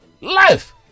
life